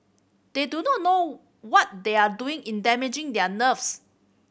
they do not know what they are doing in damaging their nerves